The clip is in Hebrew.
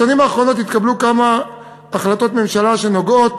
בשנים האחרונות התקבלו כמה החלטות ממשלה שנוגעות